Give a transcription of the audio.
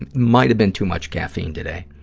and might have been too much caffeine today.